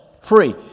free